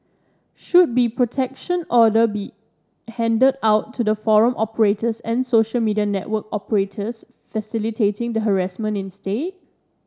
should be protection order be handed out to the forum operators and social media network operators facilitating the harassment instead